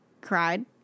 Cried